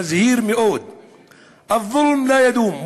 מזהיר מאוד (אומר בערבית: העריצות לא תימשך.